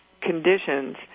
conditions